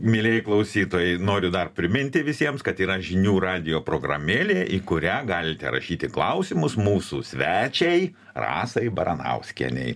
mielieji klausytojai noriu dar priminti visiems kad yra žinių radijo programėlė į kurią galite rašyti klausimus mūsų svečiai rasai baranauskienei